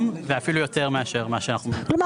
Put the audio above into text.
ואפילו יותר מאשר מה שאנחנו --- כלומר,